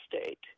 state